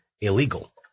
illegal